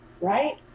right